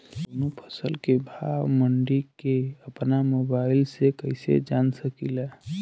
कवनो फसल के भाव मंडी के अपना मोबाइल से कइसे जान सकीला?